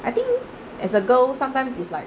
I think as a girl sometimes is like